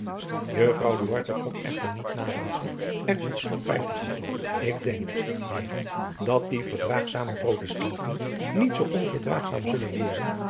duarte kon echter niet nalaten er tot slot bij te voegen ik denk heeren dat die verdraagzame protestanten niet zoo onverdraagzaam zullen worden